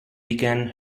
began